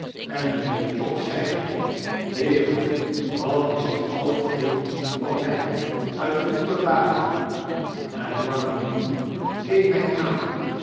en mynheer chops zeide heeren dat is een oud vriend van mi uit vroeger dagen en normandy keek mij aan